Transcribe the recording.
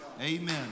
Amen